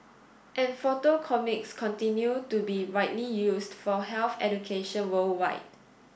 and photo comics continue to be widely used for health education worldwide